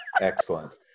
Excellent